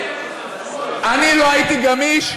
אני לא הייתי גמיש?